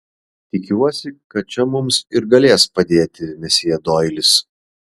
tikiuosi kad čia mums ir galės padėti mesjė doilis